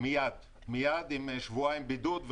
מייד עם שבועיים בידוד.